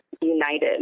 united